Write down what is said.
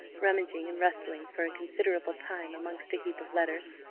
rummaging and rustling for a considerable time amongst a heap of letters,